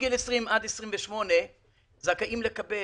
מגיל 20 עד גיל 28 זכאים לקבל